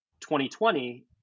2020